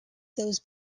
those